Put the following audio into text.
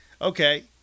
Okay